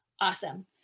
awesome